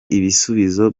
ibisubizo